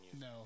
No